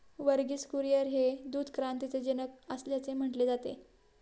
वर्गीस कुरियन हे दूध क्रांतीचे जनक असल्याचे म्हटले जाते